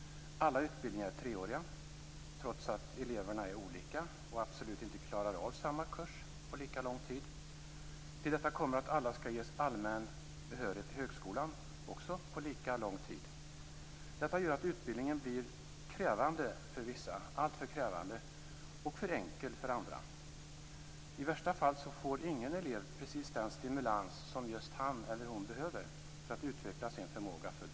Alla utbildningar är treåriga, trots att eleverna är olika och att alla absolut inte klarar av samma kurs på lika lång tid. Till detta kommer att alla skall ges allmän behörighet till högskolan - också på lika lång tid. Detta gör att utbildningen blir alltför krävande för vissa och för enkel för andra. I värsta fall får ingen elev precis den stimulans som just han eller hon behöver för att utveckla sin förmåga fullt ut.